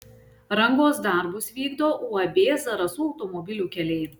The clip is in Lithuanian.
rangos darbus vykdo uab zarasų automobilių keliai